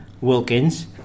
Wilkins